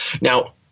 Now